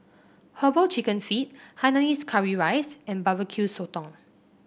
herbal chicken feet Hainanese Curry Rice and Barbecue Sotong